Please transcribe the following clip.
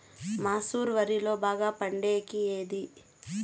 మసూర వరిలో బాగా పండేకి ఏది?